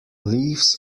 leaves